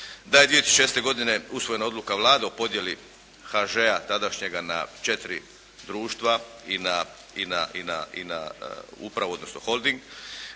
da je 2006. godine usvojena Odluka hrvatske Vlade o podjeli HŽ-a tadašnjega na četiri društva i na upravu odnosno holding,